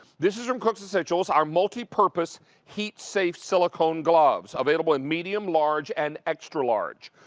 this is from cook's essentials, our multiple purpose heat safe silicone gloves, available in medium, large, and extra large.